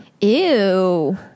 Ew